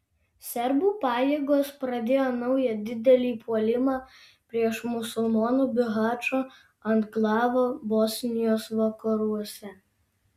serbų pajėgos pradėjo naują didelį puolimą prieš musulmonų bihačo anklavą bosnijos vakaruose